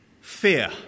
Fear